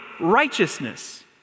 righteousness